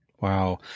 Wow